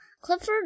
Clifford